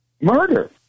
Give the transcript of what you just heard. murder